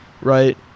right